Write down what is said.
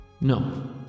No